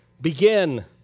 Begin